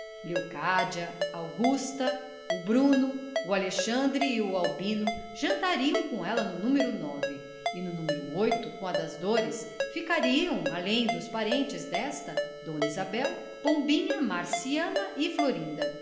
leocádia augusta o bruno o alexandre e o albino jantariam com ela no numero nove e no numero oito omadas dores ficariam além dos parentes desta dona isabel pombinha marciana e florinda